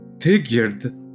figured